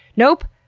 nope!